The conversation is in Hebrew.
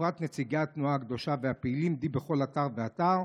בפרט נציגי התנועה הקדושה והפעילים בכל אתר ואתר,